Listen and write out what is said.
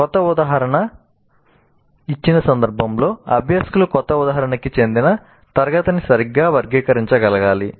క్రొత్త ఉదాహరణ ఇచ్చిన సందర్భంలో అభ్యాసకులు కొత్త ఉదాహరణకి చెందిన తరగతిని సరిగ్గా వర్గీకరించగలగాలి